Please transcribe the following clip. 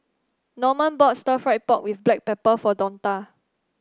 Norman bought Stir Fried Pork with Black Pepper for Donta